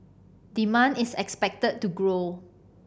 demand is expected to grow